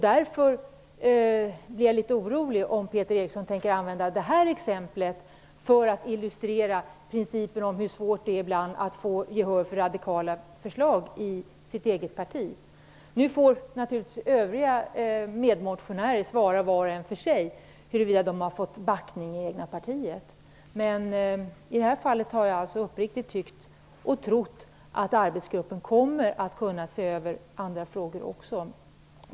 Därför blir jag litet orolig om Peter Eriksson tänker använda det aktuella exemplet för att illustrera principer om hur svårt det ibland är att i det egna partiet få gehör för radikala förslag. Övriga medmotionärer får svara var och en för sig på frågan om de så att säga fått backning i det egna partiet. I det här fallet har jag uppriktigt tyckt, och trott, att arbetsgruppen kommer att kunna se över också andra frågor.